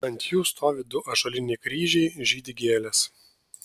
ant jų stovi du ąžuoliniai kryžiai žydi gėlės